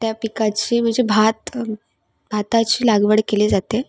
त्या पिकाची म्हणजे भात भाताची लागवड केली जाते